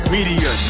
Media